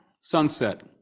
sunset